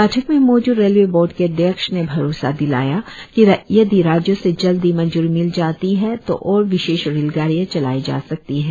बैठक में मौजूद रेलवे बोर्ड के अध्यक्ष ने भरोसा दिलाया कि यदि राज्यों से जल्दी मंजूरी मिल जाती है तो और विशेष रेलगाडियां चलाई जा सकती हैं